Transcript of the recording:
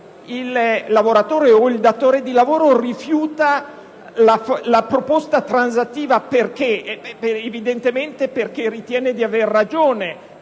il lavoratore o il datore di lavoro rifiuta la proposta transattiva perché evidentemente ritiene di avere ragione